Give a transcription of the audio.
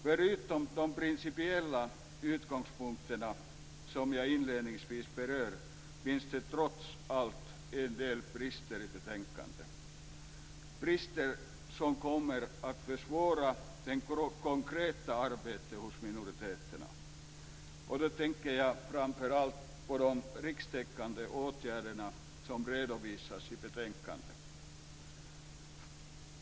Förutom de principiella utgångspunkter som jag inledningsvis berört finns det trots allt en del brister i betänkandet - brister som kommer att försvåra det konkreta arbetet hos minoriteterna. Då tänker jag framför allt på de rikstäckande åtgärder som redovisas i betänkandet.